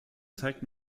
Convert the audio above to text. zeigt